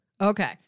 Okay